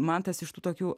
mantas iš tų tokių